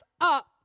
up